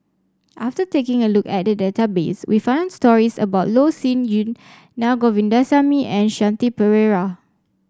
after taking a look at the database we found stories about Loh Sin Yun Na Govindasamy and Shanti Pereira